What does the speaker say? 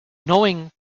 knowing